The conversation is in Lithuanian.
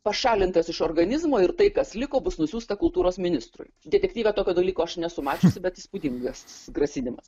pašalintas iš organizmo ir tai kas liko bus nusiųsta kultūros ministrui detektyve tokio dalyko aš nesu mačiusi bet įspūdingas grasinimas